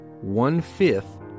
one-fifth